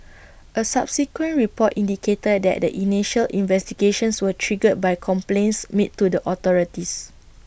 A subsequent report indicated that the initial investigations were triggered by complaints made to the authorities